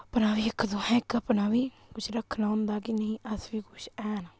अपना बी इक तुसें इक अपना बी कुछ रक्खना होंदा कि नेईं अस बी कुछ हैन